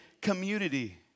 community